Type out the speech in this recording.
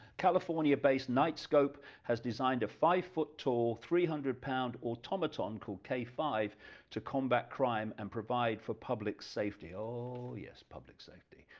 california-based night-scope has designed a five foot tall three hundred pound automaton call k five to combat crime and provide for public safety oh yes public safety!